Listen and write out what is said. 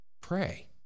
pray